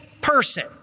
Person